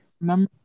Remember